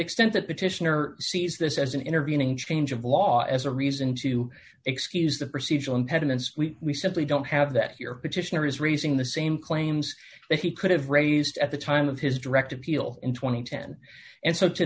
extent that petitioner sees this as an intervening change of law as a reason to excuse the procedural impediments we simply don't have that your petitioner is raising the same claims that he could have raised at the time of his direct appeal in two thousand and ten and so to